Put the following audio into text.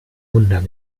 wunder